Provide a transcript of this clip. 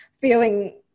feeling